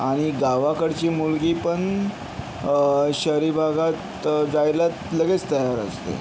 आणि गावाकडची मुलगीपण शहरी भागात जायला लगेच तयार असते